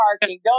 parking